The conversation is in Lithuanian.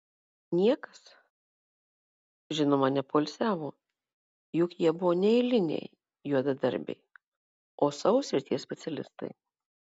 niekas žinoma nepoilsiavo juk jie buvo ne eiliniai juodadarbiai o savo srities specialistai